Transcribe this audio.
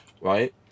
right